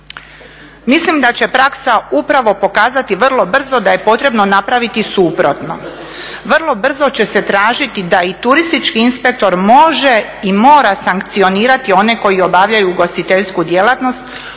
Mislim da će praksa upravo pokazati vrlo brzo da je potrebno napraviti suprotno. Vrlo brzo će se tražiti da i turistički inspektor može i mora sankcionirati one koji obavljaju ugostiteljsku djelatnost,